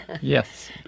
Yes